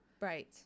Right